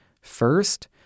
First